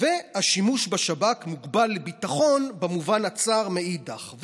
והשימוש בשב"כ מוגבל לביטחון במובן הצר מאידך גיסא,